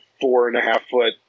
four-and-a-half-foot